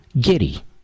giddy